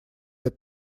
этот